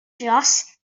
dros